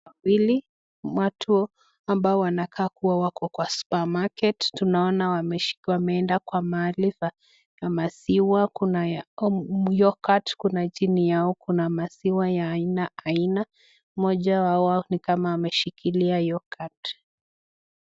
Watu wawili ambao wanakaa kuwa wako kwa supermarket . Tunaona wameshikiwa wameenda kwa mahali ya maziwa. Kuna ya yoghurt , kuna chini yao, kuna maziwa ya aina aina. Mmoja wao ni kama ameshikilia yoghurt .